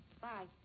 Bye